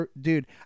dude